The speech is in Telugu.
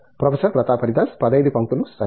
ప్రొఫెసర్ ప్రతాప్ హరిదాస్ 15 పంక్తులు సరే